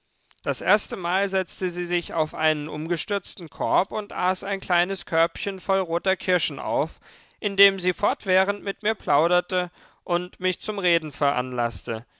das erstemal setzte sie sich auf einen umgestürzten korb und aß ein kleines körbchen voll roter kirschen auf indem sie fortwährend mit mir plauderte und mich zum reden veranlaßte